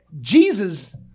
Jesus